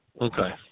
Okay